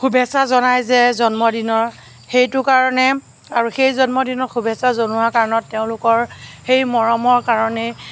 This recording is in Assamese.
শুভেচ্ছা জনাই যে জন্মদিনৰ সেইটোকাৰণে আৰু সেই জন্ম দিনৰ শুভেচ্ছা জনোৱাৰ কাৰণত তেওঁলোকৰ সেই মৰমৰ কাৰণেই